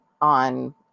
on